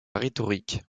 rhétorique